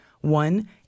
one